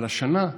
אבל השנה,